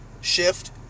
shift